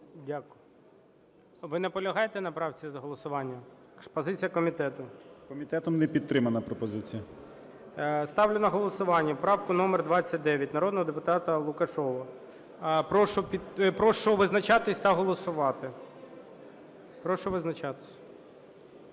Дякую. Ви наполягаєте на правці, голосування? Позиція комітету. 13:24:48 БОЖИК В.І. Комітетом не підтримана пропозиція. ГОЛОВУЮЧИЙ. Ставлю на голосування правку номер 29 народного депутата Лукашева. Прошу визначатися та голосувати. Прошу визначатися.